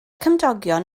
cymdogion